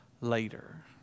later